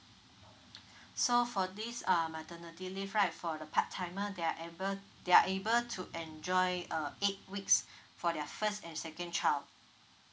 so for this err maternity leave right for the part timer they are able they are able to enjoy uh eight weeks for their first and second child